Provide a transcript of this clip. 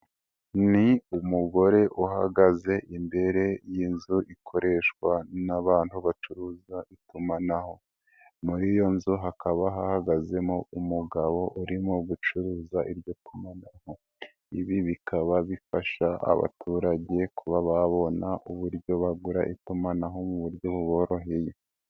Ni umugore uhagaze imbere y'inzu ikoreshwa n'abantu bacuruza itumanaho, muri iyo nzu hakaba hahagazemo umugabo urimo gucuruza iryo tumanaho, ibi bikaba bifasha abaturage kuba babona uburyo bagura itumanaho mu buryo buboroheye.